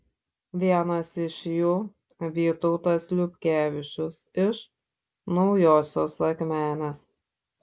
vienas iš jų vytautas liubkevičius iš naujosios akmenės